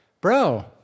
Bro